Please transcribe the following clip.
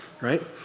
Right